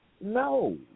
no